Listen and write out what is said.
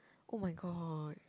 oh-my-god